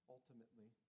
Ultimately